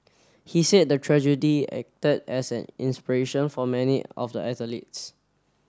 he said the tragedy acted as an inspiration for many of the athletes